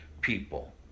people